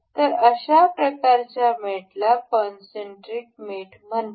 तर अशा प्रकारच्या मेटला कॉनसेंटरिक मेट म्हणतात